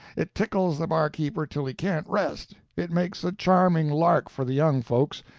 it tickles the barkeeper till he can't rest, it makes a charming lark for the young folks,